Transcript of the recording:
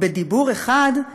"בדיבור אחד,